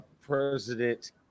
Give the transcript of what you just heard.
President